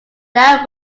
that